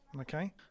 Okay